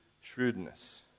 shrewdness